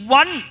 one. �